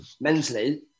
mentally